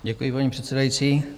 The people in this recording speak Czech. Děkuji, paní předsedající.